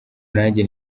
nanjye